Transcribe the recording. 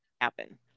happen